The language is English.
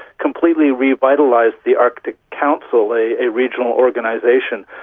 completely revitalised the arctic council, a regional organisation,